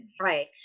right